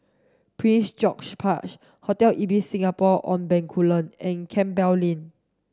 Prince George's Park Hotel Ibis Singapore on Bencoolen and Campbell Lane